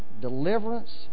deliverance